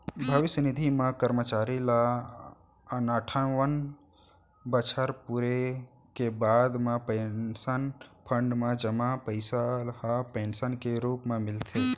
भविस्य निधि म करमचारी ल अनठावन बछर पूरे के बाद म पेंसन फंड म जमा पइसा ह पेंसन के रूप म मिलथे